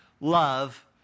love